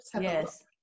Yes